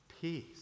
peace